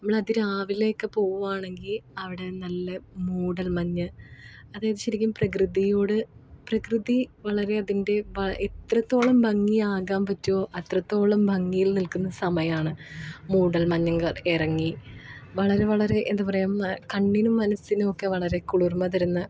നമ്മള് അതിരാവിലെയൊക്കെ പോവാണെങ്കില് അവിടെ നല്ല മൂടൽ മഞ്ഞ് അത് ശരിക്കും പ്രകൃതിയോട് പ്രകൃതി വളരെ അതിൻ്റെ എത്രത്തോളം ഭംഗിയാകാൻ പറ്റുവോ അത്രത്തോളം ഭംഗിയിൽ നിൽക്കുന്ന സമയാണ് മൂടൽ മഞ്ഞുകള് ഇറങ്ങി വളരെ വളരെ എന്താണു പറയുക കണ്ണിനും മനസ്സിനുമൊക്കെ വളരെ കുളിർമ തരുന്ന